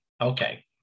Okay